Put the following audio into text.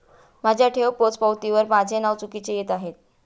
माझ्या ठेव पोचपावतीवर माझे नाव चुकीचे येत आहे